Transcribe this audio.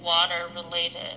water-related